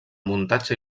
muntatge